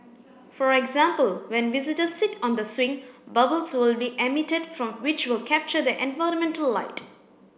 for example when visitors sit on the swing bubbles will be emitted from which will capture the environmental light